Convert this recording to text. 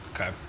Okay